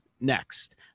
next